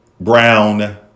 brown